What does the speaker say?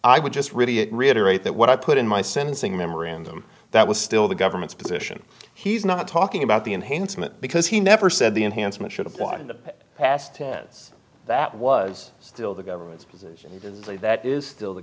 i would just really it reiterate that what i put in my sentencing memorandum that was still the government's position he's not talking about the enhancement because he never said the enhancement should apply in the past tense that was still the government's position and that is still the